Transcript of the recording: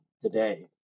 today